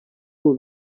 ubu